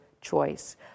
choice